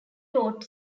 taught